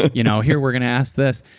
you know, here we're going to ask this,